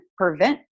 prevent